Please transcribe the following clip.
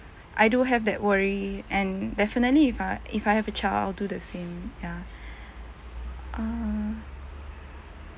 I do have that worry and definitely if I if I have a child I'll do the same ya err